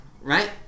right